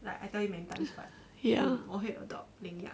ya